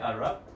Arab